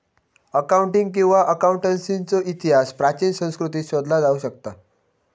accounting किंवा अकाउंटन्सीचो इतिहास प्राचीन संस्कृतींत शोधला जाऊ शकता